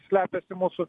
slepiasi mūsų